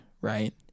right